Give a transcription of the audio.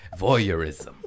voyeurism